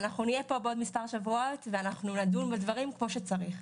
אנחנו נהיה פה בעוד מספר שבועות ואנחנו נדון בדברים בדיוק כמו שצריך.